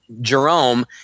Jerome